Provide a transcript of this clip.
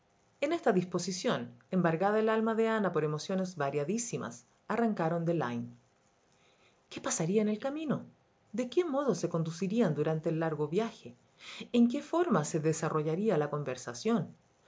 en esta disposición embargada el alma de ana por emociones variadísimas arrancaron de lyme qué pasaría en el camino de qué modo se conducirían durante el largo viaje en qué forma se desarrollaría la conversación